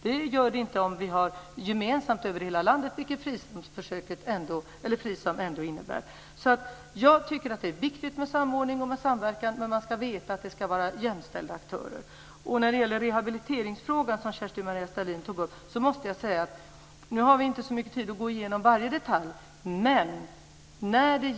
Så blir det inte om det är gemensamt över hela landet, vilket FRISAM innebär. Det är viktigt med samordning och samverkan, men man ska veta att det ska vara jämställda aktörer. Kerstin-Maria Stalin tog upp frågan om rehabilitering. Nu har vi inte så mycket tid att gå igenom varje detalj.